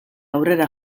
aurrera